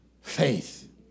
faith